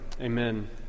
Amen